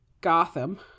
gotham